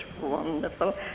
wonderful